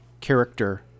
character